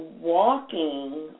walking